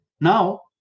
now